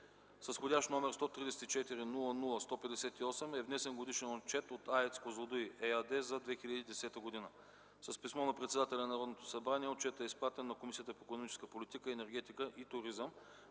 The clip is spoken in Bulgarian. с вх. № 134-00-158 е внесен Годишен отчет от АЕЦ „Козлодуй” ЕАД за 2010 г. С писмо на председателя на Народното събрание отчетът е изпратен на Комисията по икономическата политика, енергетика и туризъм.